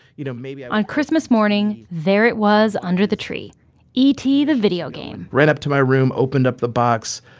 you know, maybe i was, on christmas morning, there it was under the tree e t. the video game! ran up to my room, opened up the box,